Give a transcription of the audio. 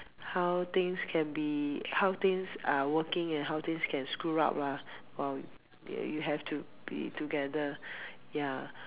how things can be how things are working and how things can screw up lah while you have to be together ya